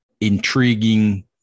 intriguing